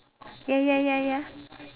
ya ya ya